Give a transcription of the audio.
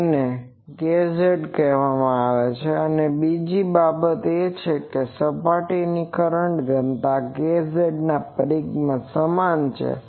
તો તેને kz કહેવામાં આવે છે હવે બીજી બાબત એ છે કે આ સપાટીની કરંટ ઘનતા kz પરિઘમાં સમાન છે